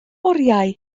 oriau